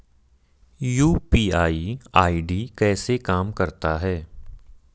UPI ID कैसे काम करता है?